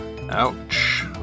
Ouch